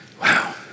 wow